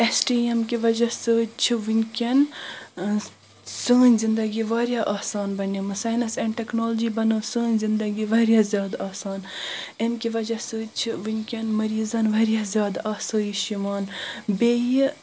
S T M کہِ وجہ سۭتۍ چھ ونکیٚن سٲنۍ زنٛدگی واریاہ آسان بنیمٕژ ساینس اینٛڈ ٹیٚکنلجی بنٲو سٲنۍ زنٛدگۍ واریاہ زیادٕ آسان امہ کہِ وجہ سۭتۍ چھ ونکیٚن مٔریزن واریاہ زیادٕ آسٲیش یوان بیٚیہِ